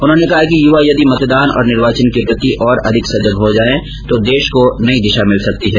उन्होंने कहा कि युवा यदि मतदान और निर्वाचन के प्रति और अधिक सजग हो जाएं तो देश को नई दिशा मिल सकती है